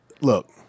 look